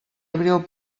abril